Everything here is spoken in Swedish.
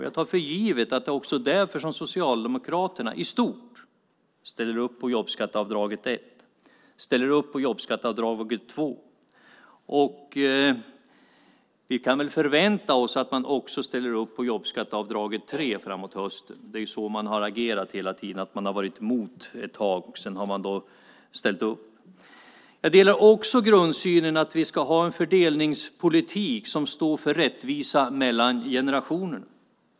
Jag tar för givet att det också är därför som Socialdemokraterna i stort ställer upp på jobbskatteavdrag ett och på jobbskatteavdrag två. Vi kan väl förvänta oss att man framåt hösten ställer upp också på jobbskatteavdrag tre. Hela tiden har man ju agerat så att man först ett tag har varit emot för att sedan ställa upp. Vidare delar jag grundsynen att vi ska ha en fördelningspolitik som står för rättvisa mellan generationerna.